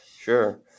Sure